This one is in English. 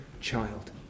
child